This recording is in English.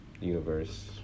universe